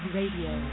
Radio